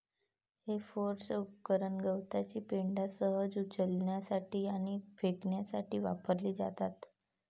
हे फोर्क उपकरण गवताची पेंढा सहज उचलण्यासाठी आणि फेकण्यासाठी वापरली जातात